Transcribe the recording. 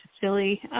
silly